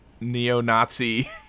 neo-Nazi